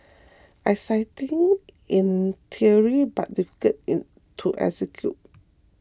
exciting in theory but difficult in to execute